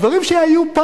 דברים שהיו,